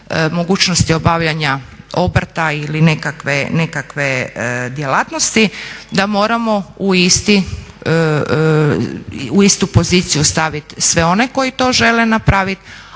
mogućnosti obavljanja obrta ili nekakve djelatnosti da moramo u istu poziciju staviti sve one koji to žele napraviti,